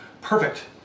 perfect